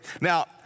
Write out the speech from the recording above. Now